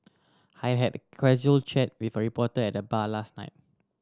I had a casual chat with a reporter at the bar last night